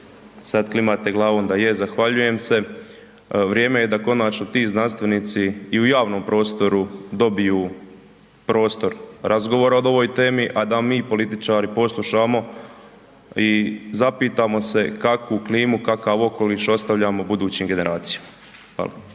Sad klimate glavom da je, zahvaljujem se, vrijeme je da konačno ti znanstvenici i u javnom prostoru dobiju prostor razgovora o ovoj temi, a da mi političari poslušamo i zapitamo se kakvu klimu, kakav okoliš ostavljamo budućim generacijama. Hvala.